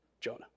Jonah